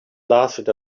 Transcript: lasted